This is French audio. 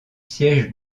siège